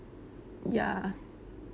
ya